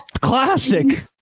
Classic